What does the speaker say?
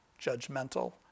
judgmental